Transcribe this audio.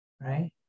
right